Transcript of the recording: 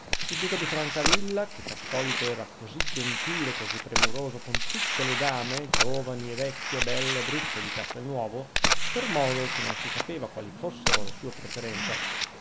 il duca di francavilla che per solito era così gentile così premuroso con tutte le dame giovani e vecchie belle e brutte di castelnuovo per modo che non si sapeva quali fossero le sue preferenze